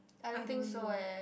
I don't think so eh